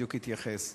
בדיוק התייחס אליו.